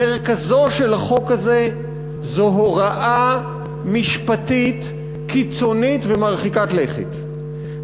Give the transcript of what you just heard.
מרכזו של החוק הזה הוא הוראה משפטית קיצונית ומרחיקה לכת.